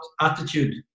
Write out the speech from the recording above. attitude